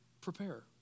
Prepare